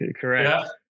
correct